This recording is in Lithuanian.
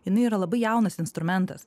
jinai yra labai jaunas instrumentas